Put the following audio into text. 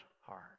heart